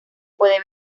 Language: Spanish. puede